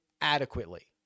adequately